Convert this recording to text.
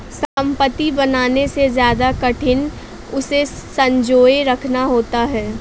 संपत्ति बनाने से ज्यादा कठिन उसे संजोए रखना होता है